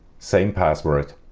same password